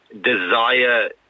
desire